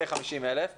כ-50,000 תלמידים.